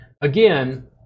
again